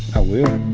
i will.